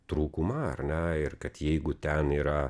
trūkumą ar ne ir kad jeigu ten yra